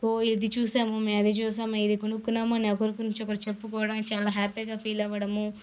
ఓ ఇది చూసాము అది చూసాము ఇది కొనుక్కున్నాము ఒకరి గురించి ఒకరు చెప్పుకోవడం చాలా హ్యాపీగా ఫీల్ అవ్వడము